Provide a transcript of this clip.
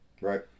Right